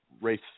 race